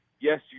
Yes